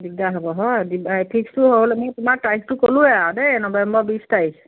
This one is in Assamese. দিগদাৰ হ'ব হয় ফিক্সটো তোমাক তাৰিখটো ক'লোঁৱেই আৰু দেই নৱেম্বৰৰ বিছ তাৰিখ